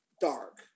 dark